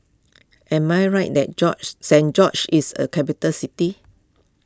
am I right that George Saint George's is a capital city